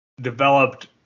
developed